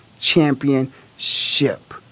championship